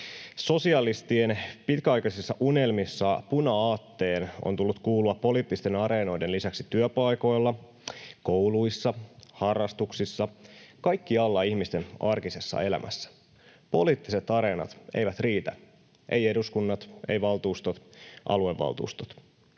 Sosialistien pitkäaikaisissa unelmissa puna-aatteen on tullut kuulua poliittisten areenoiden lisäksi työpaikoilla, kouluissa, harrastuksissa, kaikkialla ihmisten arkisessa elämässä. Poliittiset areenat eivät riitä, eivät eduskunnat, eivät valtuustot tai aluevaltuustot.